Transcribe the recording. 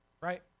right